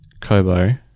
Kobo